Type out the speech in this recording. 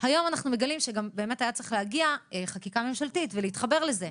היום אנחנו מגלים שגם הייתה צריך להגיע חקיקה ממשלתית ולהתחבר לזה.